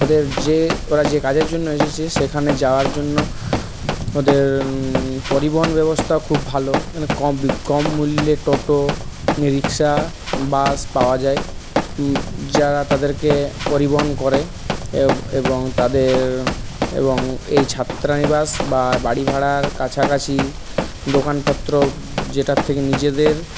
ওদের যে ওরা যে কাজের জন্য এসেছে সেখানে যাওয়ার জন্য ওদের পরিবহন ব্যবস্থা খুব ভালো ক কম মুল্যে টোটো রিকশা বাস পাওয়া যায় যারা তাদেরকে পরিবহন করে এবং তাদের এবং এই ছাত্রনিবাস বা বাড়ি ভাড়ার কাছাকাছি দোকানপত্র যেটার থেকে নিজেদের